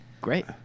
Great